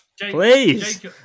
Please